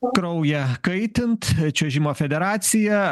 kraują kaitint čiuožimo federacija